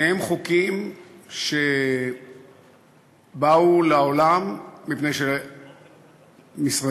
שניהם חוקים שבאו לעולם מפני שמשרדים,